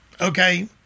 okay